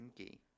Okay